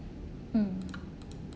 mm